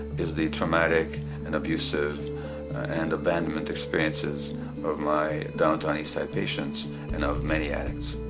is the traumatic and abusive and abandonment experiences of my downtown eastside patients and of many addicts.